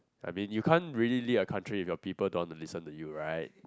I mean you can't really lead a country if your people don't want to listen to you right